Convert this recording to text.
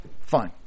Fine